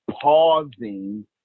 pausing